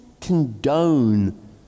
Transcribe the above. condone